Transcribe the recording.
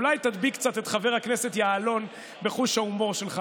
אולי תדביק קצת את חבר הכנסת יעלון בחוש ההומור שלך.